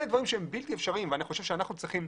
אלה דברים שהם בלתי אפשריים ואני חושב שאנחנו צריכים,